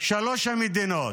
שלוש המדינות.